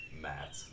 Matt